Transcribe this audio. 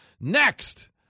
Next